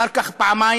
אחר כך פעמיים,